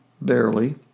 barely